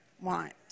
want